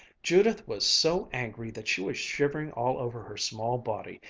judith was so angry that she was shivering all over her small body,